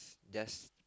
just